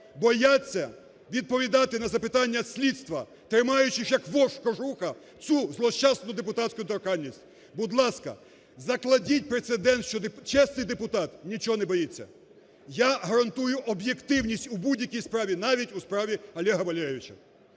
бояться відповідати на запитання слідства, тримаючись, як вош кожуха, цю злощасну депутатську недоторканність. Будь ласка, закладіть прецедент, що чесний депутат нічого не боїться. Я гарантую об'єктивність у будь-якій справі, навіть у справі Олега Валерійовича.